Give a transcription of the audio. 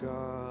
God